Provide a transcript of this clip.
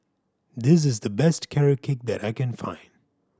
this is the best Carrot Cake that I can find